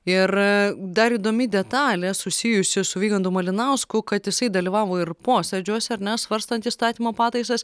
ir dar įdomi detalė susijusi su vygantu malinausku kad jisai dalyvavo ir posėdžiuose ar ne svarstant įstatymo pataisas